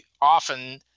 often